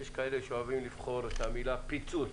יש כאלה שאוהבים לבחור את המילה פיצוץ.